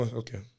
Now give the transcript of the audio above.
okay